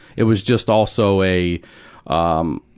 it was just also a um,